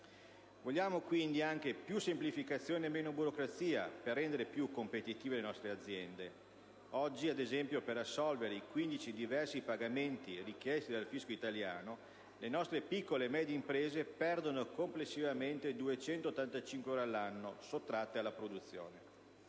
Vogliamo pertanto anche più semplificazione e meno burocrazia per rendere più competitive le nostre aziende: oggi per assolvere i 15 diversi pagamenti richiesti dal fisco italiano le nostre piccole e medie imprese perdono complessivamente 285 ore all'anno, sottratte alla produzione.